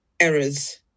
errors